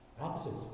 Opposites